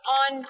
on